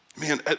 Man